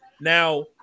Now